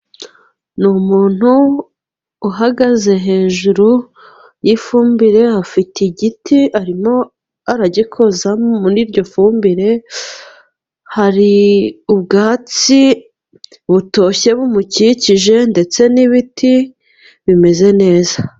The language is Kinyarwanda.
Ni umuntu uhagaze hejuru y'ifumbire afite igiti arimo aragikozamo muri iyo fumbire, hari ubwatsi butoshye bumukikije ndetse n'ibiti bimeze neza.